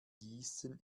gießen